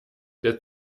der